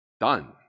Done